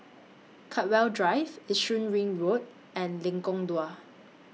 Chartwell Drive Yishun Ring Road and Lengkok Dua